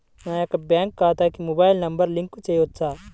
నా యొక్క బ్యాంక్ ఖాతాకి మొబైల్ నంబర్ లింక్ చేయవచ్చా?